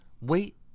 wait